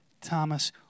Thomas